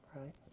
right